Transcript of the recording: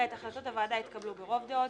החלטות הוועדה יתקבלו ברוב דעות,